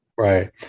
Right